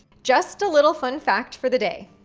just a little fun fact for the day.